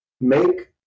make